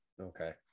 Okay